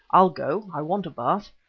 i'll go, i want a bath.